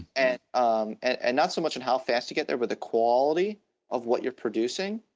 and um and not some much on how fast you get there but the quality of what you're producing.